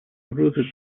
угрозы